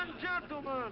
gentlemen,